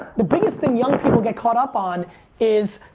the biggest thing young people get caught up on is